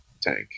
tank